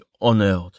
honored